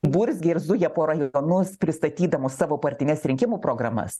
burzgia ir zuja po rajonus pristatydamos savo partines rinkimų programas